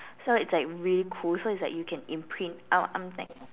so it's like really cool so it's like you can imprint out something